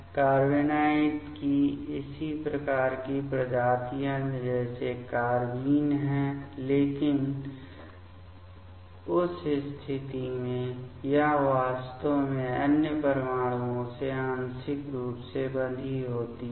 carbenoid भी इसी प्रकार की प्रजातियाँ जैसे कार्बेन हैं लेकिन उस स्थिति में यह वास्तव में अन्य परमाणुओं से आंशिक रूप से बंधी होती है